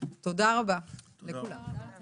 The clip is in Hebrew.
תודה רבה לכולם, הישיבה נעולה.